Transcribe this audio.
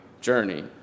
journey